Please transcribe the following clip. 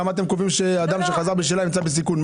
למה אתם קובעים שאדם שחזר בשאלה הוא בסיכון?